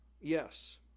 Yes